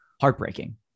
heartbreaking